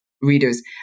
readers